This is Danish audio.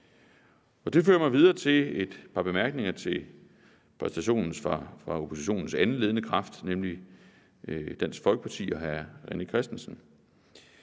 Det fører mig videre til et par bemærkninger til præstationen fra oppositionens anden ledende kraft, nemlig Dansk Folkeparti og hr. René Christensen,